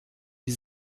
die